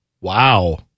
Wow